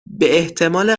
باحتمال